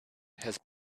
has